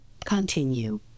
continue